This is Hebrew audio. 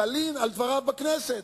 אצלו תלין על דבריו בכנסת.